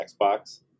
xbox